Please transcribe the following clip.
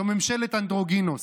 זו ממשלת אנדרוגינוס.